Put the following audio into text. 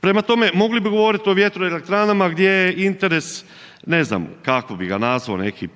Prema tome, mogli bi govoriti o vjetroelektranama gdje je interes ne znam kako bi ga nazvao, neki